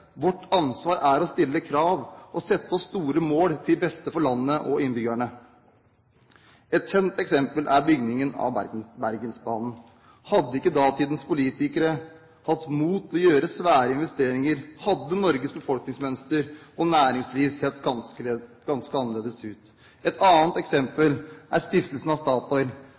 Vårt ansvar er å stille krav og sette oss store mål til beste for landet og innbyggerne. Et kjent eksempel er byggingen av Bergensbanen. Hadde ikke datidens politikere hatt mot til å gjøre svære investeringer, hadde Norges befolkningsmønster og næringsliv sett ganske annerledes ut. Et annet eksempel er stiftelsen av